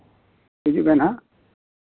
ᱦᱤᱡᱩᱜ ᱵᱮᱱ ᱦᱟᱸᱜ